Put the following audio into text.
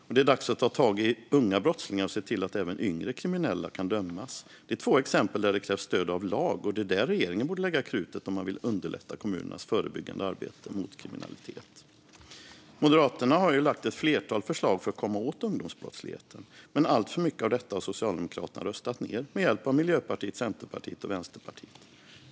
Det är också dags att ta tag i unga brottslingar och se till att även yngre kriminella kan dömas. Detta är två exempel där det krävs stöd av lag, och det är där regeringen borde lägga krutet om man vill underlätta kommunernas förebyggande arbete mot kriminalitet. Moderaterna har lagt fram ett flertal förslag för att komma åt ungdomsbrottsligheten, men alltför mycket av detta har Socialdemokraterna röstat ned med hjälp av Miljöpartiet, Centerpartiet och Vänsterpartiet.